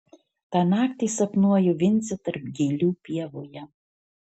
tą naktį sapnuoju vincę tarp gėlių pievoje